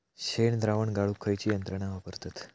शेणद्रावण गाळूक खयची यंत्रणा वापरतत?